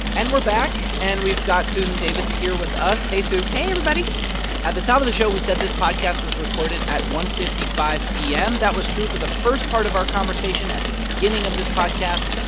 and we're back. and we've got susan davis here with us. hey, sue hey, everybody at the top of the show, we said this podcast was recorded at one fifty five p m. that was true for the first part of our conversation at the beginning of this podcast.